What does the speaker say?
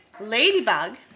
Ladybug